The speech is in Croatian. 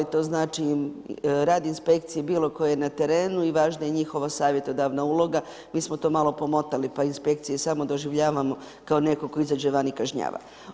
To znači rad inspekcije bilo koje na terenu i važna je njihova savjetodavna uloga, mi smo to malo pomotali, pa inspekcije samo doživljavamo, kao netko tko izađe van i kažnjava.